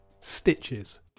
Stitches